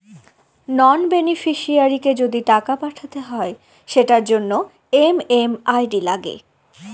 নন বেনিফিশিয়ারিকে যদি টাকা পাঠাতে হয় সেটার জন্য এম.এম.আই.ডি লাগে